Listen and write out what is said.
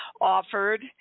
offered